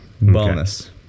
Bonus